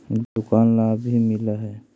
दुकान ला भी मिलहै?